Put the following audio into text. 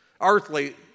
Earthly